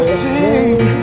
sing